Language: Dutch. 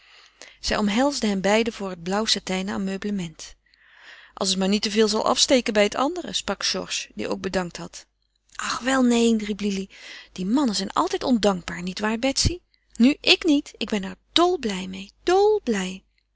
zij omhelsde hen beiden voor het blauw satijnen ameublement als het maar niet te veel zal afsteken bij het andere sprak georges die ook bedankt had ach wel neen riep lili die mannen zijn altijd ondankbaar niet waar betsy nu ik niet ik ben er dol blij meê dol